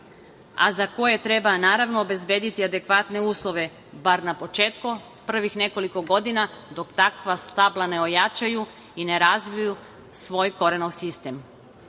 a za koje treba obezbediti adekvatne uslove, bar na početku, prvih nekoliko godina, dok takva stabla ne ojačaju i ne razviju svoj korenov sistem. Koliko